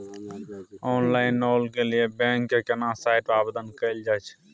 Online loan के लिए bank के केना साइट पर आवेदन कैल जाए छै?